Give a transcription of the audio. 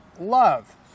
love